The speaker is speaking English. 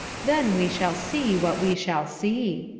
then we shall see what we shall see.